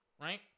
right